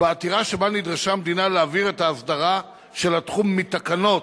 בעתירה שבה נדרשה המדינה להעביר את ההסדרה של התחום מתקנות,